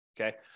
okay